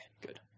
good